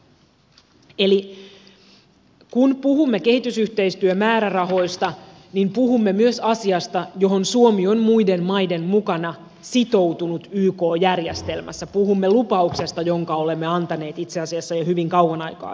eli kun puhumme kehitysyhteistyömäärärahoista niin puhumme myös asiasta johon suomi on muiden maiden mukana sitoutunut yk järjestelmässä puhumme lupauksesta jonka olemme antaneet itse asiassa jo hyvin kauan aikaa sitten